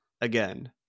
again